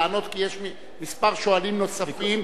כי יש כמה שואלים נוספים.